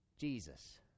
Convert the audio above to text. Jesus